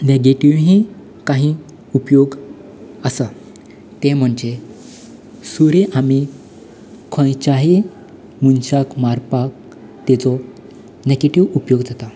negative ही काही उपयोग आसा तें म्हणजें सुरी आमी खंयच्याही मनशाक मारपाक तेचो नॅगेटिव उपयोग जाता